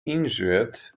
injured